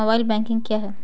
Mobile banking क्या है?